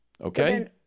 Okay